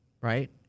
right